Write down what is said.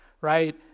right